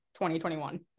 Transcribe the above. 2021